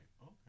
Okay